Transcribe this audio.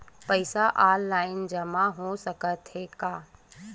पईसा ऑनलाइन जमा हो साकत हे का?